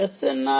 SNR 7